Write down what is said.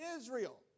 Israel